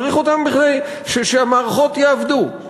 צריך אותם כדי שהמערכות יעבדו.